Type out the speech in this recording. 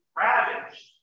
ravaged